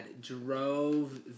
drove